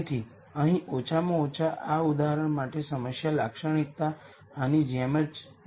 તેથી અહીં ઓછામાં ઓછા આ ઉદાહરણ માટે સમસ્યા લાક્ષણિકતા આની જેમ જાય છે